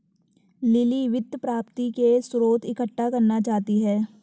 lily वित्त प्राप्ति के स्रोत इकट्ठा करना चाहती है